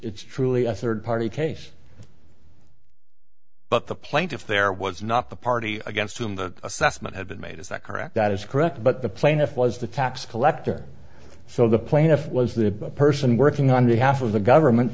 it's truly a third party case but the plaintiff there was not the party against whom the assessment had been made is that correct that is correct but the plaintiff was the tax collector so the plaintiff was the person working on behalf of the government